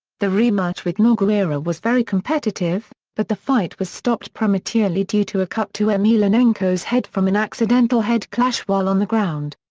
the rematch with nogueira was very competitive, but the fight was stopped prematurely due to a cut to emelianenko's head from an accidental head clash while on the ground.